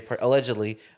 allegedly